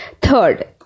third